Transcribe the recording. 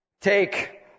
take